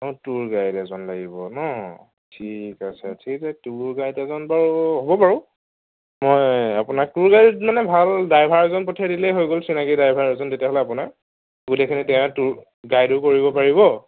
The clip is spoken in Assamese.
অঁ টুৰ গাইড এজন লাগিব ন ঠিক আছে ঠিক টুৰ গাইড এজন বাৰু হ'ব বাৰু মই আপোনাক টুৰ গাইড মানে ভাল ড্ৰাইভাৰ এজন পঠিয়াই দিলেই হৈ গ'ল চিনাকী ড্ৰাইভাৰ এজন তেতিয়াহ'লে আপোনাৰ গোটেইখিনি তেৱেই টুৰ গাইডো কৰিব পাৰিব